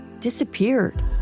disappeared